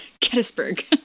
Gettysburg